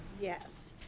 Yes